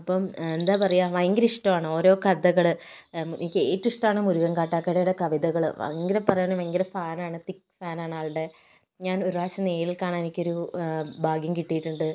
അപ്പം എന്താ പറയുക ഭയങ്കര ഇഷ്ടമാണ് ഓരോ കഥകൾ എനിക്ക് ഏറ്റവും ഇഷ്ടമാണ് മുരുകൻ കാട്ടാകടയുടെ കവിതകൾ ഭയങ്കര പറയാണേ ഭയങ്കര ഫാനാണ് തിക്ക് ഫാനാണ് ആളുടെ ഞാൻ ഒരു പ്രവശ്യം നേരിൽ കാണാൻ എനിക്ക് ഒരു ഭാഗ്യം കിട്ടിയിട്ടുണ്ട്